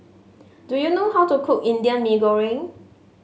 do you know how to cook Indian Mee Goreng